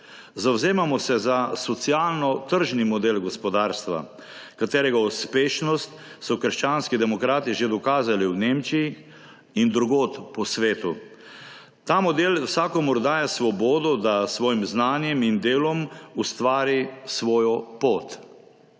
Zavzemamo se za socialno tržni model gospodarstva, katerega uspešnost so Krščanski demokrati že dokazali v Nemčiji in drugod po svetu. Ta model vsakomur daje svobodo, da s svojim znanjem in delom ustvari svojo pot.